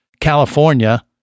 California